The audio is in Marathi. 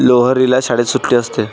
लोहरीला शाळेत सुट्टी असते